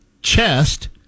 chest